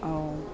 ऐं